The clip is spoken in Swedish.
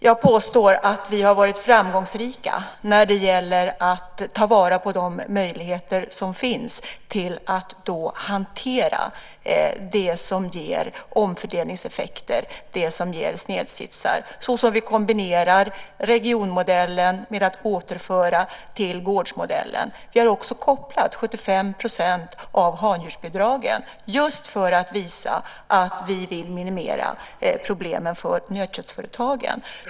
Jag påstår att vi har varit framgångsrika när det gäller att ta vara på de möjligheter som finns till att hantera det som ger omfördelningseffekter, snedsitsar. Vi kombinerar regionmodellen med att återföra till gårdsmodellen. Vi har också kopplat 75 % av handjursbidragen just för att visa att vi vill minimera problemen för nötköttsföretagen.